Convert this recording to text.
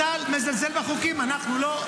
אתה מזלזל בחוקים, אנחנו לא.